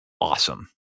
awesome